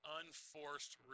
unforced